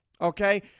okay